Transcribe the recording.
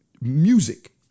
music